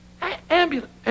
Ambulance